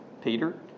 Peter